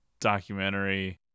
documentary